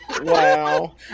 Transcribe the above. Wow